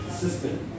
system